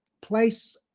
Place